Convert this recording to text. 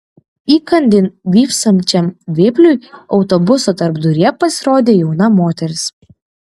įkandin vypsančiam vėpliui autobuso tarpduryje pasirodė jauna moteris